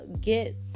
get